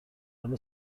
حال